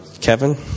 Kevin